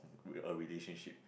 a relationship